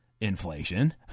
Inflation